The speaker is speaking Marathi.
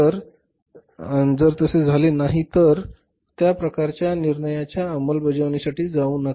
जर तसे झाले तर जर तसे झाले नाही तर त्या प्रकारच्या निर्णयाच्या अंमलबजावणीसाठी जाऊ नका